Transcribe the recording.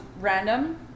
random